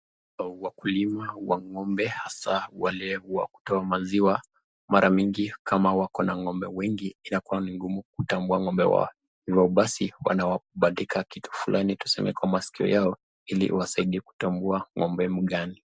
Wakulima wa ngombe hasa wale wa kutoa maziwa, mara mingi kama wako na ngombe wengi inakuwa ni ngumu kuwa ngombe, hivo basi wabandika kitu fulani tuseme kwa masikio yao ili wasaidia kutambua ngombe ni gani.